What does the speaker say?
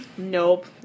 Nope